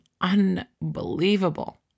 unbelievable